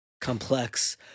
complex